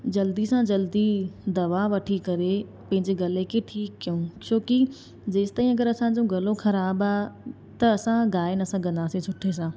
जल्दी सां जल्दी दवा वठी करे पंहिंजे गले खे ठीकु कयूं छो की जेसि ताईं अगरि असांजो गलो ख़राबु आहे त असां ॻाए न सघंदासीं सुठे सां